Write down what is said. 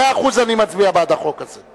מאה אחוז אני מצביע בעד החוק הזה.